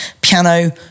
piano